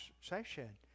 session